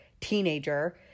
teenager